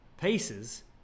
pieces